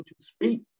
speak